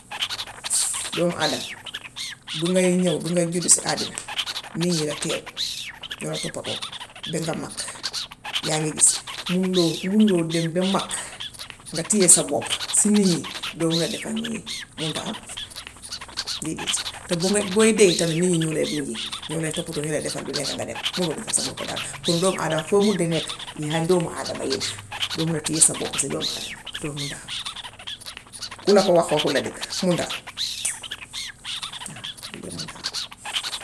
Doom-aadama, bi ngaay ñów, bi ngaay juddu si àddina, ñingi la teeru di la toppatoo be nga mag, yaa ngi gis. Mun loo mun loo dem ba mag nga tiye sa boppa si nit ñi. Doo mun a defek nit ñi munta am déedéet, te bu ngay, booy dee tam nit ñi ñoo lay mujje, ñoo lay toppatoo balaa ke nga dem. Munoo defal sa boppa dara. Kon doom-aadama foo mun di nekk yahaak doomi aadama yi la. Doo mun a tiye sa boppa si doom-aadama yi. Loolu mënta am. Ku la ko wax waxula dëgg, mënta am. Waaw loolu mënta am.